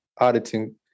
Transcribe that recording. auditing